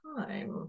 time